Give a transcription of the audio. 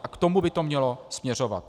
A k tomu by to mělo směřovat.